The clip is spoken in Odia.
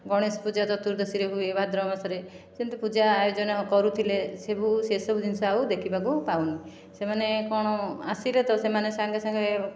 ଗଣେଶ ପୂଜା ଚତୁର୍ଦଶୀରେ ହୂଏ ଭାଦ୍ରବ ମାସରେ ସେମିତି ପୂଜା ଆୟୋଜନ କରୁଥିଲେ ସେବୁ ସେସବୁ ଜିନିଷ ଆଉ ଦେଖିବାକୁ ପାଉନୁ ସେମାନେ କ'ଣ ଆସିଲେ ତ ସେମାନେ ସାଙ୍ଗେ ସାଙ୍ଗେ